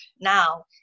now